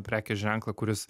prekės ženklą kuris